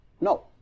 no